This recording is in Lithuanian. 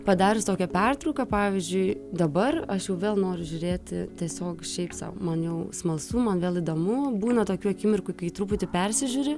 padarius tokią pertrauką pavyzdžiui dabar aš jau vėl noriu žiūrėti tiesiog šiaip sau man jau smalsumą gal įdomu būna tokių akimirkų kai truputį persižiūri